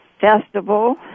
Festival